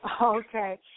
Okay